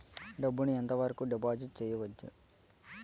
డబ్బు ను ఎంత వరకు డిపాజిట్ చేయవచ్చు?